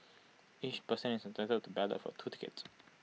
each person is entitled to ballot for two tickets